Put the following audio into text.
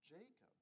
Jacob